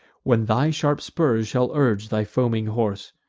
when thy sharp spurs shall urge thy foaming horse.